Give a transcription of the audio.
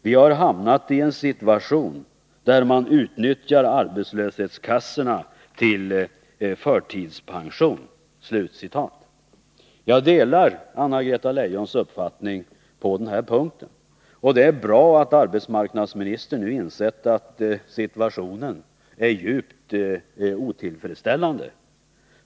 Vi har hamnat i en situation där man utnyttjar arbetslöshetskassorna till förtidspension. Jag delar Anna-Greta Leijons uppfattning på denna punkt. Det är bra att arbetsmarknadsministern nu har insett att situationen är djupt otillfredsställande.